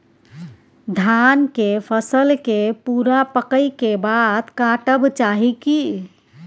धान के फसल के पूरा पकै के बाद काटब चाही की?